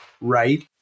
right